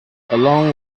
along